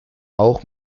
auch